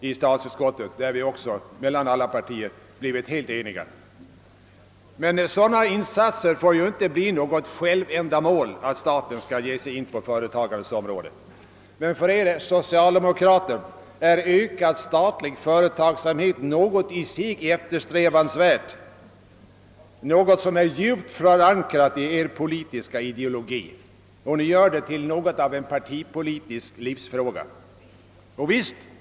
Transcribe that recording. I sådana fall har också alla utskottets ledamöter, oavsett partifärg, varit helt ense. Statliga insatser på företagsområdet får emellertid inte bli något självändamål. För er socialdemokrater är ökad statlig företagsamhet något i sig eftersträvansvärt, något som är djupt förankrat i er politiska ideologi, och ni gör det till något av en partipolitisk livsfråga.